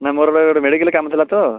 ନା ମୋର ଗୋଟେ ମେଡ଼ିକାଲ୍ କାମଥିଲା ତ